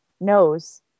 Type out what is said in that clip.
knows